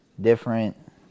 different